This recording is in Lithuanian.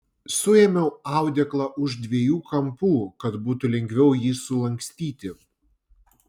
suėmiau audeklą už dviejų kampų kad būtų lengviau jį sulankstyti